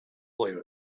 believe